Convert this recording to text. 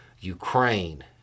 Ukraine